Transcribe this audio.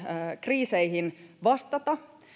kriiseihin vastata